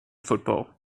football